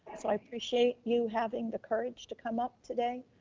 so i appreciate you having the courage to come up today,